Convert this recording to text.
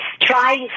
Try